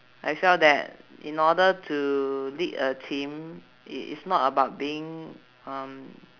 I feel that in order to lead a team it is not about being um